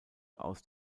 aus